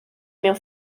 mewn